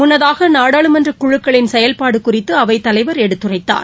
முன்னதாக நாடாளுமன்ற குழுக்களின் செயல்பாடு குறித்து அவைத்தலைவர் எடுத்துரைத்தார்